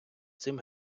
цим